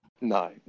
No